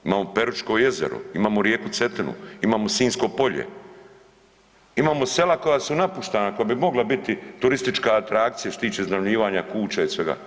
Imamo Peručko jezero, imamo rijeku Cetinu, imamo Sinjsko polje, imamo sela koja su napuštana, koja bi mogla biti turistička atrakcija što se tiče iznajmljivanja kuća i svega.